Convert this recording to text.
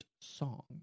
Song